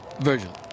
Virgil